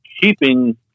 keeping